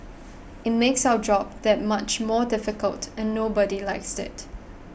it makes our job that much more difficult and nobody likes it